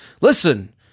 listen